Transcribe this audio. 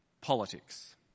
Politics